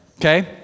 Okay